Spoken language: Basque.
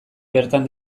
bertan